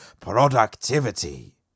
productivity